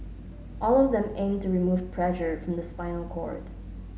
all of them aim to remove pressure from the spinal cord